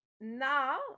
now